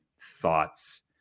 thoughts